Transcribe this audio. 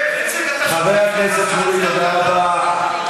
חבר הכנסת שמולי, תודה רבה.